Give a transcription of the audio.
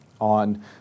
on